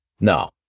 No